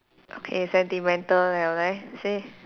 okay sentimental liao leh say